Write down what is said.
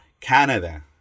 Canada